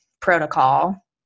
protocol